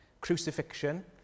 Crucifixion